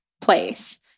place